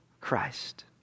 Christ